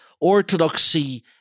Orthodoxy